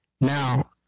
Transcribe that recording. Now